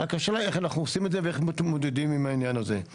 רק השאלה היא איך אנחנו עושים את זה ואיך מתמודדים עם העניין הזה.